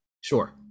Sure